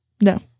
No